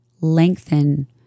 Lengthen